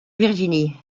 virginie